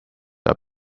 are